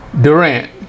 Durant